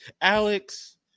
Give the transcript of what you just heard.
Alex